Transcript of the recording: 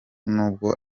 n’ubwo